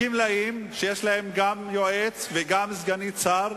הגמלאים, שיש להם גם יועץ וגם סגנית שר,